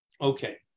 Okay